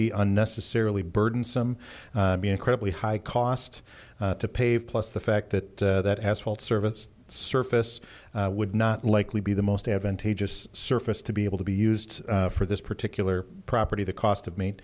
be unnecessarily burdensome be incredibly high cost to pave plus the fact that that has full service surface would not likely be the most advantageous surface to be able to be used for this particular property the cost of m